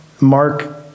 Mark